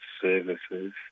services